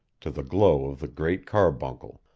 to the glow of the great carbuncle.